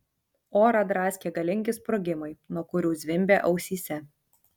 orą draskė galingi sprogimai nuo kurių zvimbė ausyse